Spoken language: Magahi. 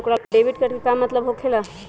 डेबिट कार्ड के का मतलब होकेला?